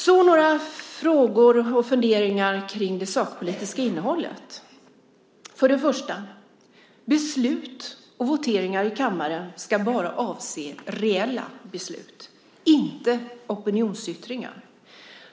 Så några frågor och funderingar kring det sakpolitiska innehållet. Beslut och voteringar i kammaren ska bara avse reella beslut, inte opinionsyttringar.